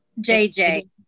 JJ